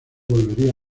volvería